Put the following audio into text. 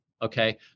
Okay